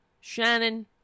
Shannon